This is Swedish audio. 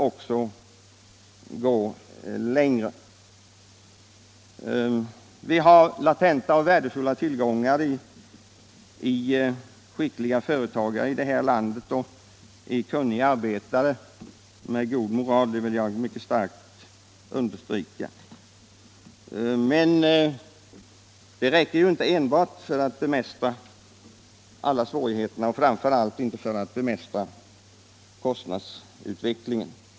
Vi har här i landet latenta, värdefulla tillgångar i skickliga företagare och kunniga arbetare med god moral. Det vill jag mycket starkt understryka. Men det räcker inte för att bemästra alla svårigheter, i varje fall inte kostnadsutvecklingen.